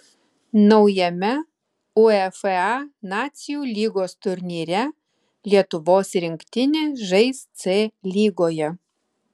naujame uefa nacijų lygos turnyre lietuvos rinktinė žais c lygoje